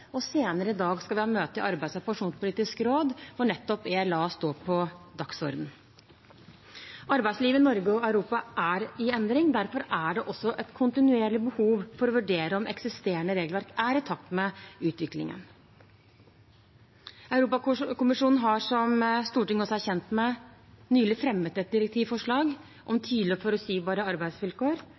og senere i dag skal vi ha møte i Arbeidslivs- og penjonspolitisk råd, hvor nettopp ELA står på dagsordenen. Arbeidslivet i Norge og Europa er i endring. Derfor er det også et kontinuerlig behov for å vurdere om eksisterende regelverk er i takt med utviklingen. Europakommisjonen har, som Stortinget også er kjent med, nylig fremmet et direktivforslag om tydelige og forutsigbare arbeidsvilkår,